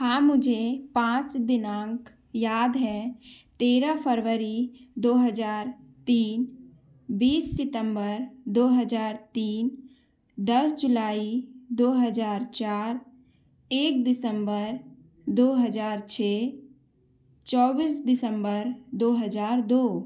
हाँ मुझे पाँच दिनांक याद है तेरह फरवरी दो हज़ार तीन बीस सितम्बर दो हज़ार तीन दस जुलाई दो हज़ार चार एक दिसम्बर दो हज़ार छः चौबीस दिसम्बर दो हज़ार दो